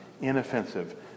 inoffensive